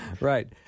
Right